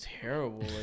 terrible